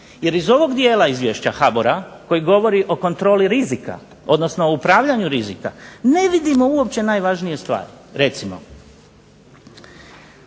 Jer iz ovog dijela Izvješća HBOR-a koji govori o kontroli rizika, odnosno o upravljanju rizika ne vidimo uopće najvažnije stvari. Pored